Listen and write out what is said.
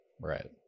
right